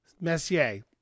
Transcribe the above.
Messier